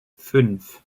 fünf